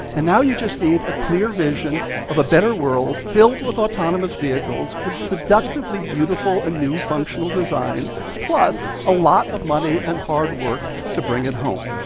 and now you just need a clear vision of a better world filled with autonomous vehicles with seductively beautiful and ah new functional designs plus a lot of money and hard work to bring it home.